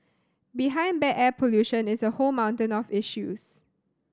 behind bad air pollution is a whole mountain of issues